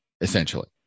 essentially